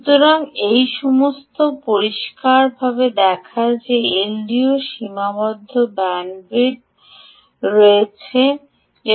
সুতরাং এই সমস্ত পরিষ্কারভাবে দেখায় যে এলডিওরLDO'S সীমাবদ্ধ ব্যান্ডউইথ রয়েছে